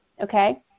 Okay